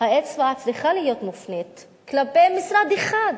האצבע צריכה להיות מופנית כלפי משרד אחד,